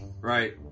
right